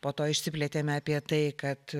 po to išsiplėtėme apie tai kad